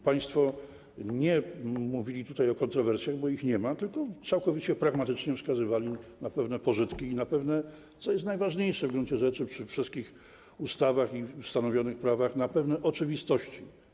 Państwo nie mówili tutaj o kontrowersjach, bo ich nie ma, tylko całkowicie pragmatycznie wskazywali na pewne pożytki i na pewne - co jest najważniejsze w gruncie rzeczy przy wszystkich ustawach i w stanowionych prawach - oczywistości.